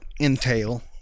entail